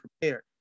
prepared